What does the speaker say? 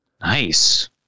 Nice